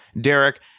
Derek